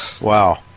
Wow